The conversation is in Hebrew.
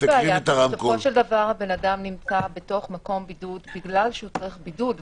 בסופו של דבר אדם נמצא במקום בידוד בגלל שהוא צריך בידוד,